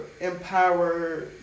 empower